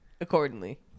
accordingly